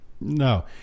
No